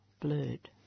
blurred